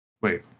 wait